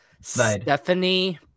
Stephanie